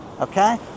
okay